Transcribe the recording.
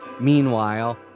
Meanwhile